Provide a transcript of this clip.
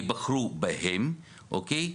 בחרו בהם, אוקי?